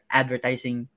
advertising